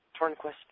Tornquist